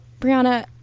Brianna